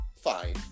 fine